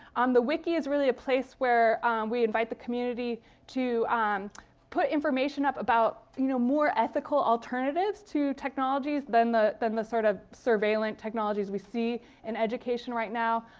um the wiki is a place where we invite the community to put information up about you know more ethical alternatives to technologies than the than the sort of surveillance technologies we see in education right now.